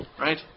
right